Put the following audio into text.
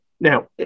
Now